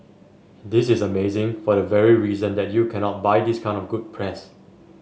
this is amazing for the very reason that you cannot buy this kind of good press